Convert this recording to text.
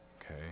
okay